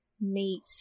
meet